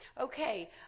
Okay